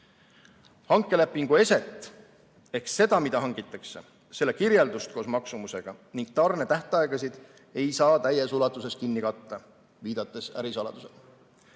Hankelepingu eset ehk seda, mida hangitakse, selle kirjeldust koos maksumusega ning tarnetähtaegasid ei saa täies ulatuses kinni katta, viidates ärisaladusele.